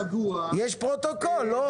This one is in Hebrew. יש פרוטוקול לא?